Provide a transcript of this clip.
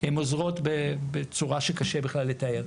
הן עוזרות בצורה שקשה בכלל לתאר.